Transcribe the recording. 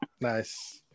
Nice